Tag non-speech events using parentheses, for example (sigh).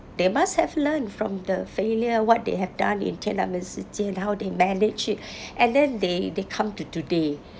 they must have learnt from the failure what they have done in 天安门事件 how they managed it (breath) and then they they come to today